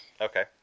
Okay